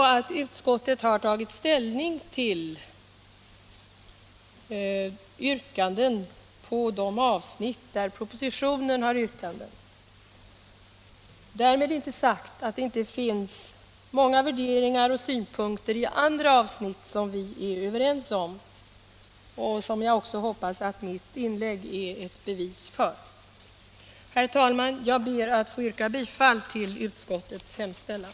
Utskottet har tagit ställning till yrkanden på de avsnitt där propositionen har yrkanden. Därmed är inte sagt att det inte finns många värderingar och synpunkter i andra avsnitt som vi är överens om, och som jag även hoppas att mitt inlägg är ett bevis för. Herr talman! Jag ber att få yrka bifall till utskottets hemställan.